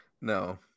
No